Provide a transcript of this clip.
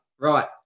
Right